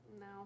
no